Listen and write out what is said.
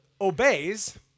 obeys